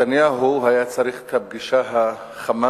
נתניהו היה צריך את הפגישה החמה